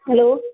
हूँ